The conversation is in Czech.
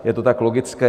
Je to tak logické.